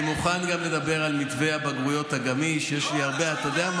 אני מוכן גם לדבר על המתווה, אתה בקטע